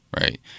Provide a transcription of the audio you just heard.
right